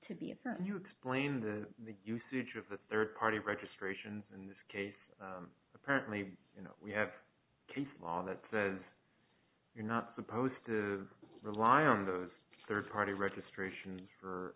to be a certain you explain the usage of the third party registration in this case apparently you know we have case law that says you're not supposed to rely on those third party registrations for